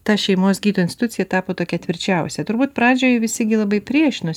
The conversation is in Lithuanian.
ta šeimos gydytojų institucija tapo tokia tvirčiausia turbūt pradžioje visi labai priešinosi